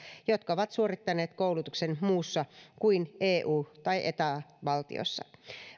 jotka ovat suorittaneet koulutuksen muussa kuin eu tai eta valtiossa